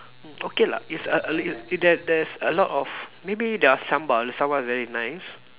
mm okay lah it's a a li~ there's there's a lot of maybe their sambal their sambal is very nice